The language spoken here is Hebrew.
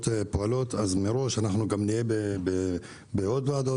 פועלות אז מראש אנחנו גם נהיה בעוד ועדות,